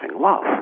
love